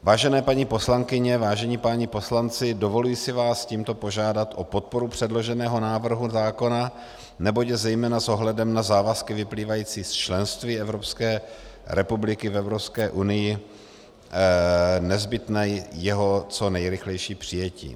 Vážené paní poslankyně, vážení páni poslanci, dovoluji si vás tímto požádat o podporu předloženého návrhu zákona, neboť zejména s ohledem na závazky vyplývající z členství České republiky v Evropské unii je nezbytné jeho co nejrychlejší přijetí.